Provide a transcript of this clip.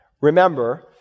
Remember